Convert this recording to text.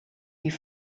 die